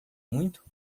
muito